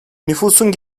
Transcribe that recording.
nüfusun